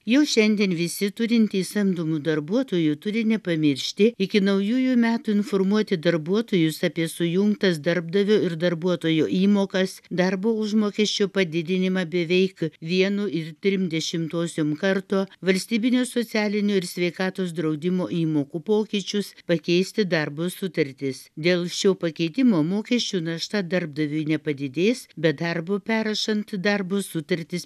jau šiandien visi turintys samdomų darbuotojų turi nepamiršti iki naujųjų metų informuoti darbuotojus apie sujungtas darbdavio ir darbuotojo įmokas darbo užmokesčio padidinimą beveik vienu ir trim dešimtosiom karto valstybiniu socialiniu ir sveikatos draudimo įmokų pokyčius pakeisti darbo sutartis dėl šio pakeitimo mokesčių našta darbdaviui nepadidės bet darbo perrašant darbo sutartis